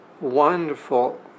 wonderful